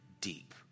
deep